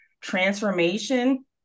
transformation